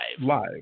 Live